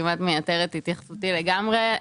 כמעט מייתר את התייחסותי לגמרי.